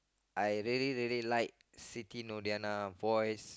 I really really like Siti Nordiana voice